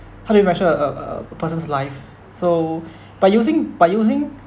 how do you measure a a a person's life so by using by using